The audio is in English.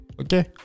Okay